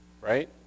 right